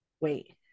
wait